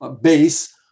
base